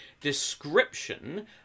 description